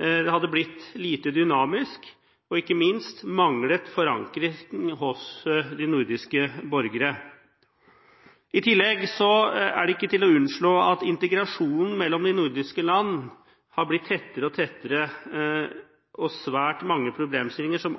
det hadde blitt lite dynamisk, og ikke minst manglet det forankring hos de nordiske borgere. I tillegg er det ikke til å unnslå at integrasjonen mellom de nordiske land har blitt tettere og tettere, og svært mange problemstillinger som